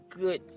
good